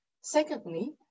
Secondly